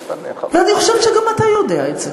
ואני חושבת שגם אתה יודע את זה.